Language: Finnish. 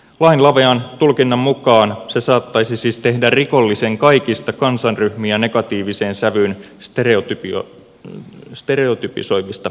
lain lavean tulkinnan mukaan se saattaisi siis tehdä rikollisia kaikista kansanryhmiä negatiiviseen sävyyn stereotypisoivista ihmisistä